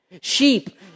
Sheep